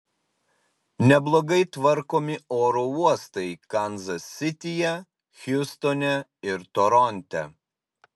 neblogai tvarkomi oro uostai kanzas sityje hjustone ir toronte